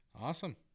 Awesome